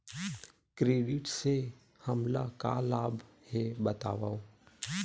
Credit से हमला का लाभ हे बतावव?